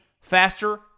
faster